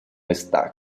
está